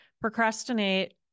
procrastinate